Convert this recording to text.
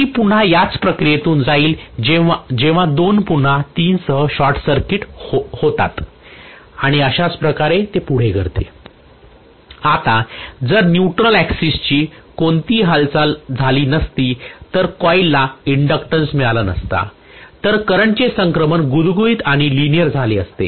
C पुन्हा त्याच प्रक्रियेतून जातील जेव्हा 2 पुन्हा 3 सह शॉर्ट सर्किट होतात आणि अशाच प्रकारे पुढे हे घडते आता जर न्यूट्रल ऍक्सिस ची कोणतीही हालचाल झाली नसती तर कॉईल ला इंडक्टन्स मिळाला नसता तर करंट चे संक्रमण गुळगुळीत आणि लिनिअर झाले असते